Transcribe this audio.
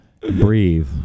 breathe